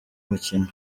mukino